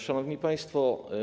Szanowni Państwo!